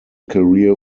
career